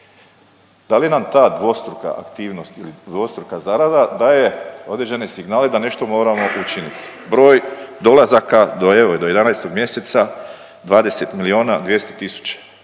Da li nam ta dvostruka aktivnost ili dvostruka zarada daje određene signale da nešto moramo učiniti? Broj dolazaka, do evo, do 11 mjeseca 20 200 000.